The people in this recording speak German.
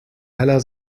heller